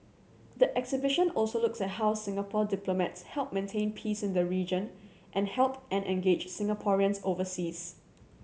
the exhibition also looks at how Singapore diplomats help maintain peace in the region and help and engage Singaporeans overseas